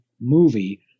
movie